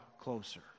closer